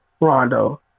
Rondo